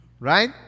Right